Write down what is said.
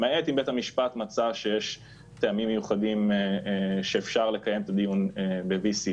למעט אם בית המשפט מצא שיש טעמים מיוחדים שאפשר לקיים את הדיון ב-VC.